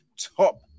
top